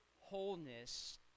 wholeness